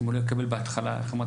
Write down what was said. אם הוא לא יקבל בהתחלה איך אמרת?